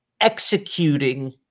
executing